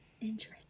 Interesting